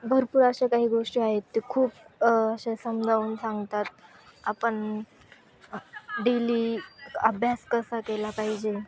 भरपूर अशा काही गोष्टी आहेत ते खूप असे समजावून सांगतात आपण डेली अभ्यास कसा केला पाहिजे